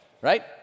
right